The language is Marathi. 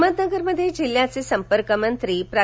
अहमदनगरमध्ये जिल्ह्याघे संपर्कमंत्री प्रा